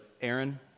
Aaron